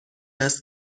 است